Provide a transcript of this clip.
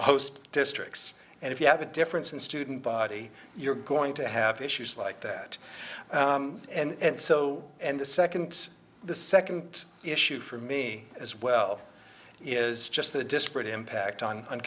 host districts and if you have a difference in student body you're going to have issues like that and so and the second the second issue for me as well is just the disparate impact on